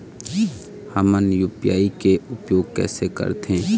हमन यू.पी.आई के उपयोग कैसे करथें?